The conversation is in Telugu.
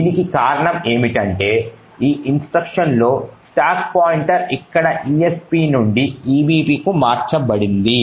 దీనికి కారణం ఏమిటంటే ఈ ఇన్స్ట్రక్షన్ లో స్టాక్ పాయింటర్ ఇక్కడ esp నుండి ebpకు మార్చబడింది